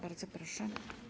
Bardzo proszę.